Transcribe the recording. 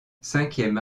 cinquième